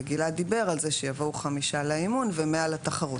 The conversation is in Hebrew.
וגלעד דיבר על זה שיבואו חמישה לאימון ו-100 לתחרות